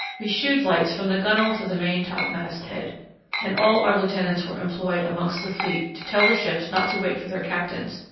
we shewed lights from the gun-whale to the main topmast-head and all our lieutenants were employed amongst the fleet to tell the ships not to wait for their captains,